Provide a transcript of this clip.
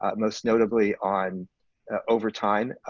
um most notably on overtime,